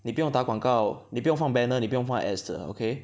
你不用打广告你不用放 banner 你不用换放 ads 的 okay